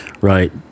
Right